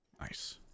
nice